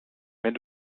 wenn